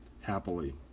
happily